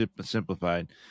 simplified